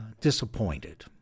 disappointed